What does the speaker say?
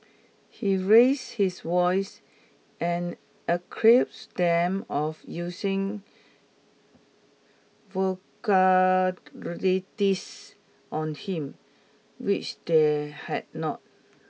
he raised his voice and accused them of using on him which they had not